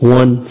one